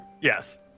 Yes